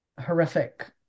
horrific